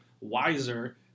wiser